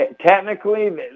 technically